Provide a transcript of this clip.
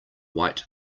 white